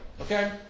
Okay